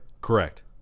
Correct